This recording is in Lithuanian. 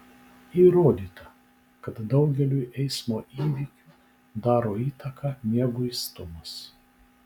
įrodyta kad daugeliui eismo įvykio daro įtaką mieguistumas